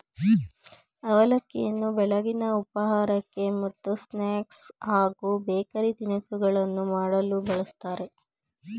ಅವಲಕ್ಕಿಯನ್ನು ಬೆಳಗಿನ ಉಪಹಾರಕ್ಕೆ ಮತ್ತು ಸ್ನಾಕ್ಸ್ ಹಾಗೂ ಬೇಕರಿ ತಿನಿಸುಗಳನ್ನು ಮಾಡಲು ಬಳ್ಸತ್ತರೆ